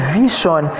vision